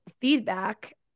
feedback